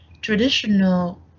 traditional